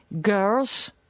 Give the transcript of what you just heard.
girls